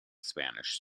spanish